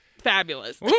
fabulous